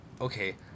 Okay